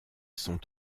sont